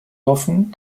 hoffen